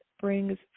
brings